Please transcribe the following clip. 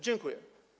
Dziękuję.